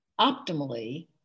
optimally